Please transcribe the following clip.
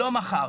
לא מחר.